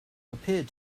appeared